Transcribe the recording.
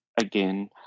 again